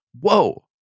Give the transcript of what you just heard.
whoa